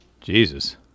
Jesus